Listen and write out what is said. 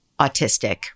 autistic